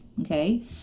Okay